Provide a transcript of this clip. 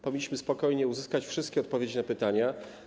Powinniśmy spokojnie uzyskać wszystkie odpowiedzi na pytania.